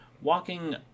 walking